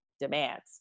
demands